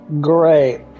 Great